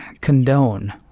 condone